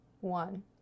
one